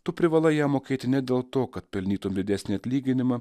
tu privalai ją mokėti ne dėl to kad pelnytum didesnį atlyginimą